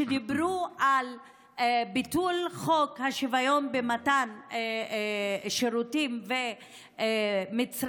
שדיברו על ביטול חוק השוויון במתן שירותים ומצרכים,